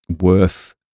worth